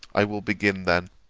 i will begin then.